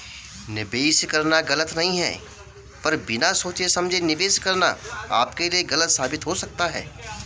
निवेश करना गलत नहीं है पर बिना सोचे समझे निवेश करना आपके लिए गलत साबित हो सकता है